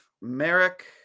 Merrick